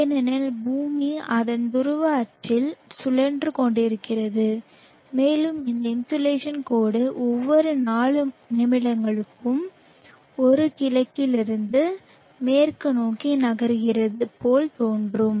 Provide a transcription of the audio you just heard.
ஏனெனில் பூமி அதன் துருவ அச்சில் சுழன்று கொண்டிருக்கிறது மேலும் இந்த இன்சோலேஷன் கோடு ஒவ்வொரு 4 நிமிடங்களுக்கும் ஒரு கிழக்கிலிருந்து மேற்கு நோக்கி நகர்கிறது போல் தோன்றும்